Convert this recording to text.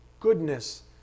goodness